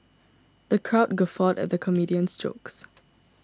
the crowd guffawed at the comedian's jokes